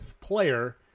player